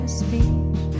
speech